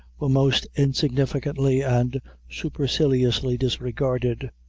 were most insignificantly and superciliously disregarded.